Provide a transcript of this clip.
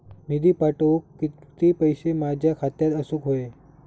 निधी पाठवुक किती पैशे माझ्या खात्यात असुक व्हाये?